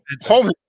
Home